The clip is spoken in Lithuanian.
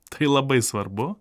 tai labai svarbu